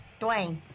dwayne